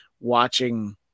watching